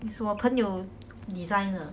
it's 我朋友 design 的